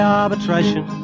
arbitration